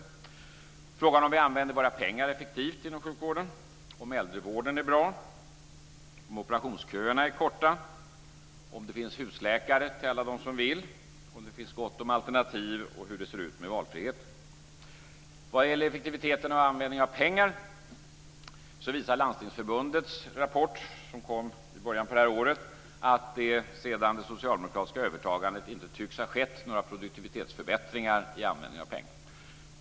De är frågan om vi använder våra pengar effektivt inom sjukvården, om äldrevården är bra, om operationsköerna är korta, om det finns husläkare till alla dem som vill, om det finns gott om alternativ och hur det ser ut med valfriheten. När det gäller effektiviteten och användningen av pengar visar Landstingsförbundets rapport, som kom i början av det här året, att det sedan det socialdemokratiska övertagandet inte tycks ha skett några produktivitetsförbättringar i användningen av pengarna.